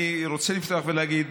אני רוצה לפתוח ולהגיד,